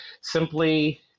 simply